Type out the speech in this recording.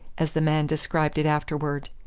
as the man described it afterwards.